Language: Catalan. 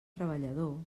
treballador